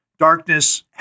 Darkness